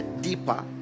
deeper